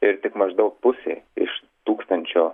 ir tik maždaug pusė iš tūkstančio